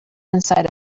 inside